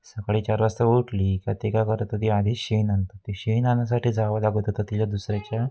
सकाळी चार वाजता उठली का ते काय करत होती आधी शेण आणत होती शेण आणायसाठी जावं लागत होतं तिला दुसऱ्याच्या